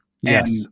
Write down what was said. Yes